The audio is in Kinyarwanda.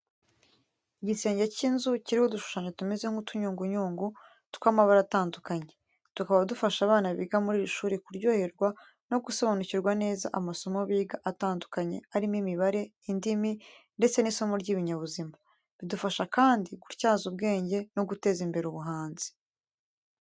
Igisenge cy'inzu kiriho udushushanyo tumeze nk'utunyugunyugu tw'amabara atandukanye, tukaba dufasha abana biga muri iri shuri kuryoherwa no gusobanukirwa neza amasomo biga atandukanye arimo imibare, indimi ndetse n'isomo ry'ibinyabuzima. Bidufasha kandi gutyaza ubwenge no guteza imbere ubuhanzi.